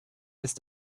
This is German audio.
ist